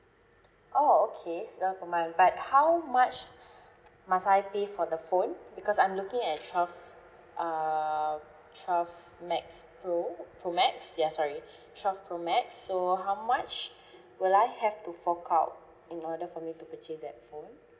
oh okay so uh per month but how much must I pay for the phone because I'm looking at twelve err twelve max pro pro max ya sorry twelve pro max so how much will I have to fork out in order for me to purchase that phone